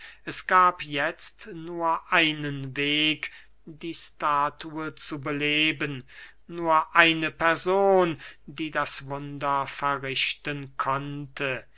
es gab jetzt nur einen weg die statue zu beleben nur eine person die das wunder verrichten konnte